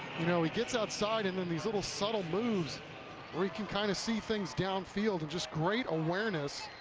you know he gets outside, and and these little subtle moves where you can kind of see things down field, and just great awareness,